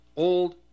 old